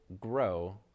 grow